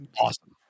awesome